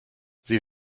sie